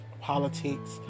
politics